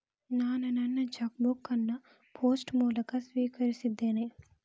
ನಾನು ನನ್ನ cheque book ಅನ್ನು ಪೋಸ್ಟ್ ಮೂಲಕ ಸ್ವೀಕರಿಸಿದ್ದೇನೆ